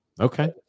Okay